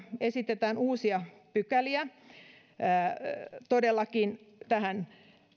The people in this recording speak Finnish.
esitetään uusia pykäliä tähän